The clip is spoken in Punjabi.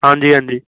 ਹਾਂਜੀ ਹਾਂਜੀ